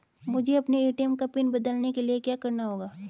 मुझे अपने ए.टी.एम का पिन बदलने के लिए क्या करना होगा?